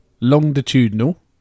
Longitudinal